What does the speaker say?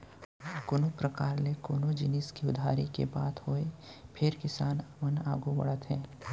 कोनों परकार ले कोनो जिनिस के उधारी के बात होय फेर किसान मन आघू बढ़त हे